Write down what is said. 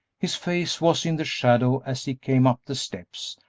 his face was in the shadow as he came up the steps,